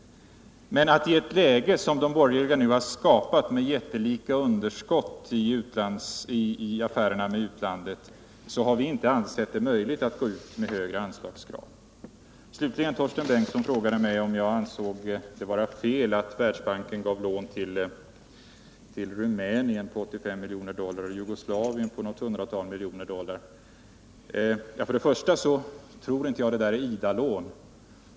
I det läge som de borgerliga nu har skapat med jättelika underskott i affärerna med utlandet har vi inte ansett det möjligt att gå ut med några höjda anslagskrav. Torsten Bengtson frågade mig om jag ansåg det vara fel att Världsbanken gav lån till Rumänien på 85 miljoner dollar och till Jugoslavien på något hundratal miljoner dollar. För det första tror jag inte att det är fråga om IDA lån.